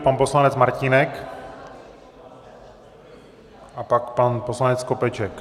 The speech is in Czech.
Pan poslanec Martínek a pak pan poslanec Skopeček.